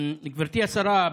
גברתי השרה,